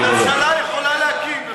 הממשלה יכולה להקים.